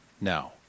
now